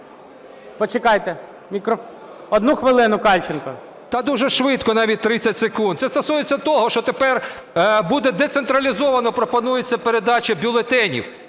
Почекайте. Одну хвилину – Кальченко. 13:53:11 КАЛЬЧЕНКО С.В. Та дуже швидко, навіть 30 секунд. Це стосується того, що тепер буде… децентралізовано пропонується передача бюлетенів,